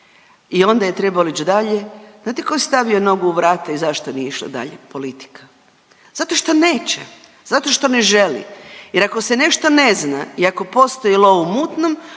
i onda je trebalo ić dalje, znate ko je stavio nogu u vrata i zašto nije išlo dalje? Politika. Zato što neće, zato što ne želi jer ako se nešto ne zna i ako postoji lov u mutnom